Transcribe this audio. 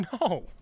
No